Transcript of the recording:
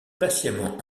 patiemment